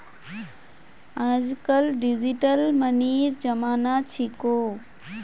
आजकल डिजिटल मनीर जमाना छिको